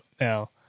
now